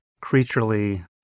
creaturely